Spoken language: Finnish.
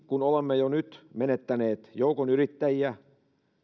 kun olemme jo nyt menettäneet joukon yrittäjiä